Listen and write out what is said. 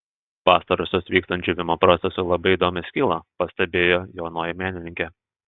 pastarosios vykstant džiūvimo procesui labai įdomiai skyla pastebėjo jaunoji menininkė